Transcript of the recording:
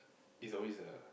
is always the